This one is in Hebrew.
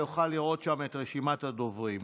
ואפשר לראות שם את רשימת הדוברים.